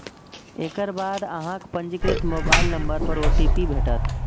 एकर बाद अहांक पंजीकृत मोबाइल नंबर पर ओ.टी.पी भेटत